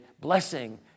blessing